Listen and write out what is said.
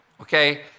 okay